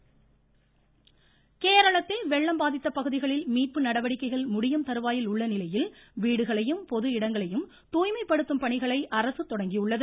கேரள வெள்ளம் கேரளத்தில் வெள்ளம் பாதித்த பகுதிகளில் மீட்பு நடவடிக்கைகள் முடியும் தருவாயில் உள்ள நிலையில் வீடுகளையும் பொது இடங்களையும் தூய்மை படுத்தும் பணிகளை அரசு தொடங்கியுள்ளது